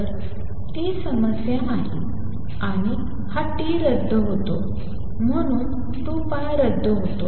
तर ती समस्या नाही आणि हा टी रद्द होतो आणि म्हणून 2π रद्द होतो